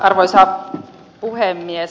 arvoisa puhemies